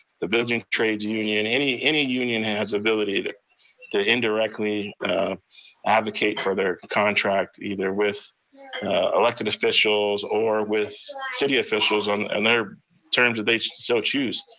the building trades union, any any union has the ability to to indirectly advocate for their contract, either with elected officials or with city officials on and their terms that they so choose.